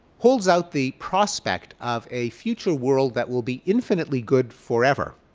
holds out the prospect of a future world that will be infinitely good forever,